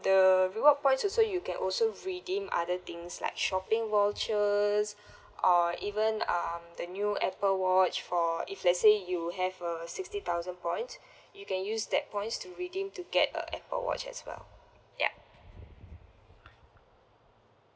the reward points also you can also redeem other things like shopping vouchers or even um the new apple watch for if let's say you have a sixty thousand points you can use that points to redeem to get a Apple watch as well yup